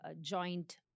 joint